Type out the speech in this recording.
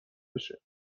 بشه